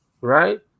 Right